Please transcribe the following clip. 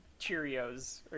Cheerios